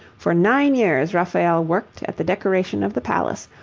for nine years raphael worked at the decoration of the palace,